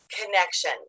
connection